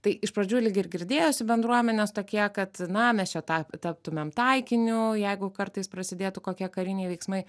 tai iš pradžių lyg ir girdėjosi bendruomenės tokie kad na mes čia tą taptumėm taikiniu jeigu kartais prasidėtų kokie kariniai veiksmai